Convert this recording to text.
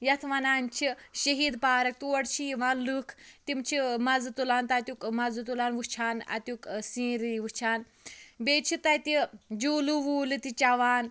یتھ وَنان چھِ شہیٖد پارَک تور چھِ یِوان لُکھ تِم چھِ مَزٕ تُلان تتیُک مَزٕ تُلان وچھان اتیُک سیٖنری وٕچھان بیٚیہِ چھِ تَتہِ جولہٕ ووٗلہٕ تہِ چیٚوان